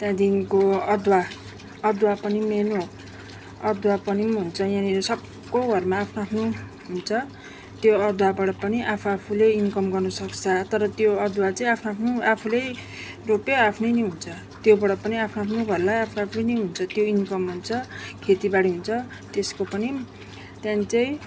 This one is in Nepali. त्यहाँदेखिको अदुवा अदुवा पनि मेन हो अदुवा पनि हुन्छ यहाँनिर सबको घरमा आफ्नो आफ्नो हुन्छ त्यो अदुवाबाट पनि आफू आफूले इन्कम गर्नुसक्छ तर त्यो अदुवा चाहिँ आफ्नो आफ्नो आफूले रोप्यो आफ्नो नै हुन्छ त्योबाट पनि आफ्नो आफ्नो घरलाई आफू आफू नै हुन्छ त्यो इन्कम हुन्छ खेतीबारी हुन्छ त्यसको पनि त्यहाँदेखि चाहिँ